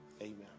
Amen